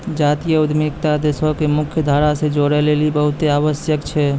जातीय उद्यमिता देशो के मुख्य धारा से जोड़ै लेली बहुते आवश्यक छै